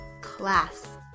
class